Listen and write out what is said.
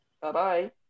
Bye-bye